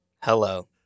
Hello